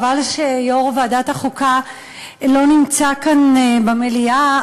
חבל שיושב-ראש ועדת החוקה לא נמצא כאן במליאה.